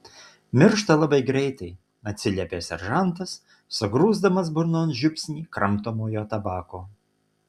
miršta labai greitai atsiliepė seržantas sugrūsdamas burnon žiupsnį kramtomojo tabako